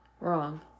Wrong